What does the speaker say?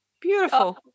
Beautiful